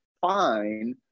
Fine